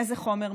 מאיזה חומר,